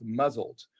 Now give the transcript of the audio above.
muzzled